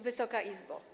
Wysoka Izbo!